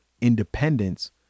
independence